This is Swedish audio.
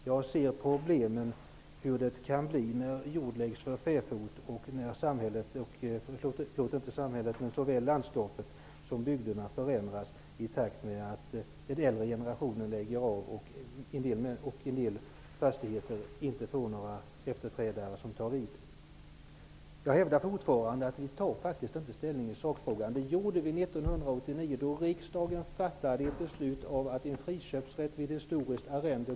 Jag ser hur det kan bli när jord läggs för fäbod och såväl landskapet som bygderna förändras i takt med att den äldre generationen lägger av och en del fastigheter inte har en efterträdare som tar vid. Jag hävdar fortfarande att vi faktiskt inte tar ställning i sakfrågan. Det gjorde vi 1989, då riksdagen fattade ett beslut om att införa en friköpsrätt vid historisk arrende.